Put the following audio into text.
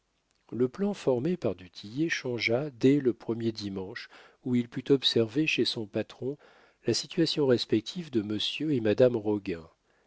le plan formé par du tillet changea dès le premier dimanche où il put observer chez son patron la situation respective de monsieur et madame roguin